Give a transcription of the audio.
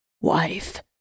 Wife